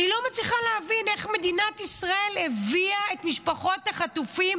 אני לא מצליחה להבין איך מדינת ישראל הביאה את משפחות החטופים